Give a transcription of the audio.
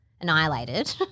annihilated